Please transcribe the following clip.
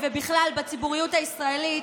ובכלל בציבוריות הישראלית,